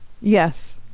Yes